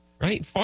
right